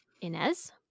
Inez